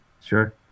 Sure